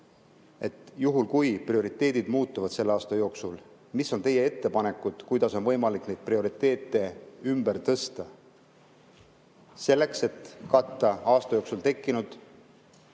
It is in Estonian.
et juhul, kui prioriteedid muutuvad selle aasta jooksul, mis on siis teie ettepanekud, kuidas on võimalik neid prioriteete ümber tõsta. Seetõttu, et katta aasta jooksul tekkinud